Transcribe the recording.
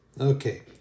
Okay